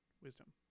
wisdom